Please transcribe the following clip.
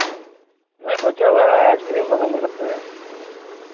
बच्चे वगैरह आइसक्रीम पसंद करते हैं